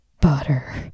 butter